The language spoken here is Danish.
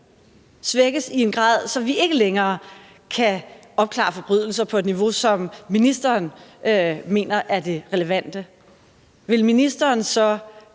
svækkes i en grad, så vi ikke længere kan opklare forbrydelser på det niveau, som ministeren mener er det relevante, vil ministeren så